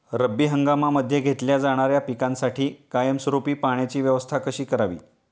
रब्बी हंगामामध्ये घेतल्या जाणाऱ्या पिकांसाठी कायमस्वरूपी पाण्याची व्यवस्था कशी करावी?